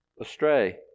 astray